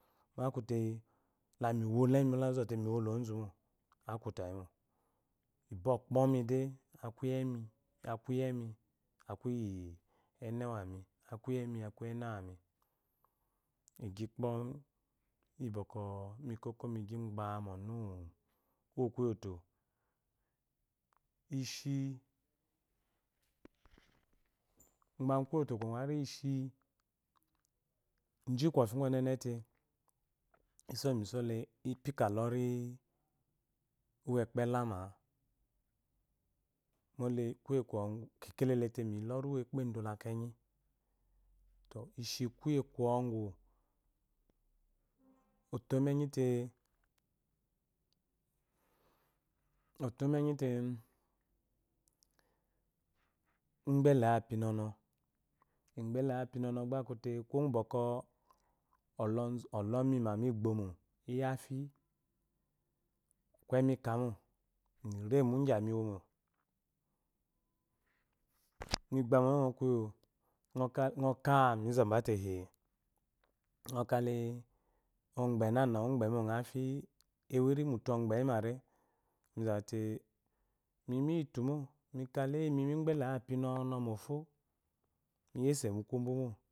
Akute lamino lemi mo lamiwo lɔzumo aku tayimo ibwɔkpomo de akuyemi nemi akuyemi akuyenewami akiyemi akuyienewami igyikpo yi bwɔkwc mikoko migyi gbamu ɔnuwukoito ishi gba mu koito har ishi ji kofi gu ɔnenete iso misole ipika iɔntuwo ekpelama mole kekelelete miyilɔntuwekepdo lwanyi tɔ ishi kuye kwɔgu otomi enyiye olomienyite ukpelayi apinɔnɔ kpefayipinɔnɔ gba akute kuuye gu bwckwɔ ɔlɔmima bigbomo iyi afi keyi mikamo miremu bigbomo iyi afi keyi mikamo miremu gyamwomo migbama oyomi kuyo mika mizabate ee no kala ogbe nana ogbe monga afi ewiri muutu ogbeyimare mizɔte miyitu mo mika le eyi migbelaya pinna mofo